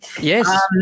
Yes